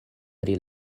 pri